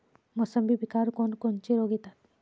मोसंबी पिकावर कोन कोनचे रोग येतात?